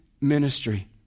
ministry